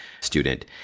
student